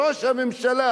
ראש הממשלה,